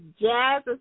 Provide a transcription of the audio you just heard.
Jazz